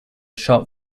shot